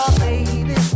baby